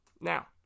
now